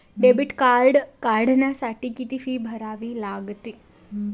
Debit card काढण्यासाठी किती fee भरावी लागते?